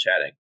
chatting